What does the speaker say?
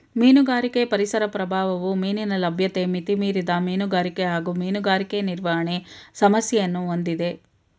ಮೀನುಗಾರಿಕೆ ಪರಿಸರ ಪ್ರಭಾವವು ಮೀನಿನ ಲಭ್ಯತೆ ಮಿತಿಮೀರಿದ ಮೀನುಗಾರಿಕೆ ಹಾಗೂ ಮೀನುಗಾರಿಕೆ ನಿರ್ವಹಣೆ ಸಮಸ್ಯೆಯನ್ನು ಹೊಂದಿದೆ